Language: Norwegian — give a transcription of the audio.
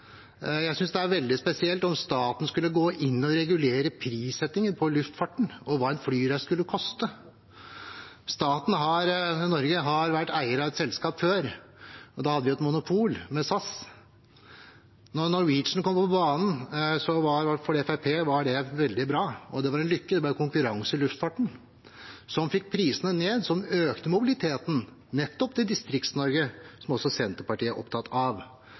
Jeg synes det er veldig spesielt om staten skulle gå inn og regulere prissettinger i luftfarten, og hva en flyreise skal koste. Staten har vært eier av et selskap før, og da hadde vi et monopol – SAS. Da Norwegian kom på banen, var det, i hvert fall for Fremskrittspartiet, veldig bra. Det var en lykke, det ble konkurranse i luftfarten, noe som fikk prisene ned og økte mobiliteten nettopp til Distrikts-Norge, som også Senterpartiet er opptatt av.